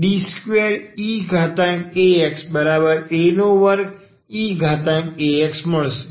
D2eaxa2eaxમળશે